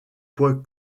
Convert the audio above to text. quoi